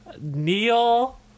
Neil